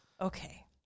Okay